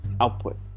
output